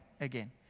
again